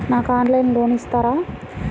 నాకు ఆన్లైన్లో లోన్ ఇస్తారా?